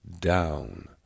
down